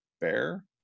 Bear